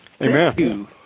Amen